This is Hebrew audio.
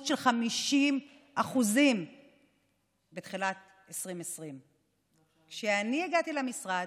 של 50% בתחילת 2020. כשאני הגעתי למשרד,